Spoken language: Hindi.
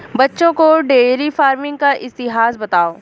बच्चों को डेयरी फार्मिंग का इतिहास बताओ